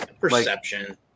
Perception